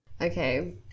Okay